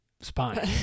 spine